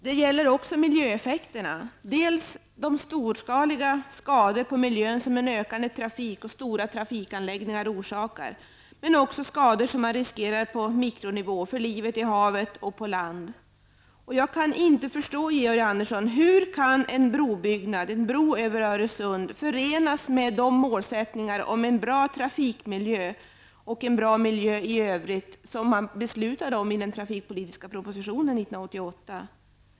Det gäller också miljöeffekterna -- dels de storskaliga skador på miljön som en ökande trafik och stora trafikanläggningar orsakar, dels skador på mikronivå för livet i havet och på land. Jag kan inte förstå, Georg Andersson, hur en bro över Öresund kan förenas med de målsättningar om en bra trafikmiljö och en bra miljö i övrigt som riksdagen beslutade om i enlighet med den trafikpolitiska propositionen år 1988.